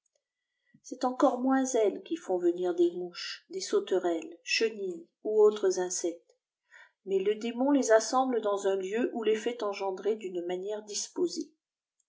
est encore moins elles qui font venir des mouches des sauterelles chenilles ou autres insectes mais le démon les assemble dans un lieu ou les fait engendrer d'une matière disposée